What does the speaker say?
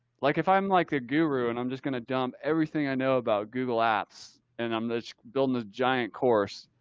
like if i'm like the guru and i'm just going to dump everything i know about google apps and um i'm building a giant course